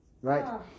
right